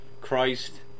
Christ